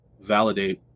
validate